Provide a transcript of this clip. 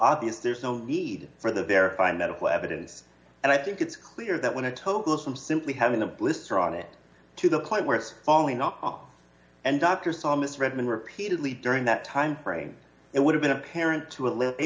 obvious there's no need for the verify medical evidence and i think it's clear that when a total goes from simply having a blister on it to the quite where it's falling off and doctors saw miss redmond repeatedly during that timeframe it would have been apparent to a